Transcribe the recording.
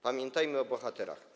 Pamiętajmy o bohaterach.